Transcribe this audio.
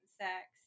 sex